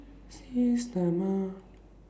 Systema